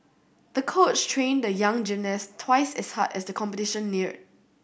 the coach trained the young gymnast twice as hard as the competition neared